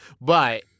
But-